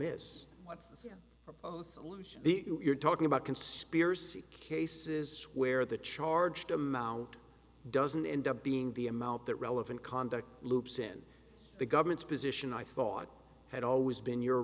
allusion you're talking about conspiracy cases where the charged amount doesn't end up being the amount that relevant conduct loops in the government's position i thought had always been you're